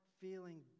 feeling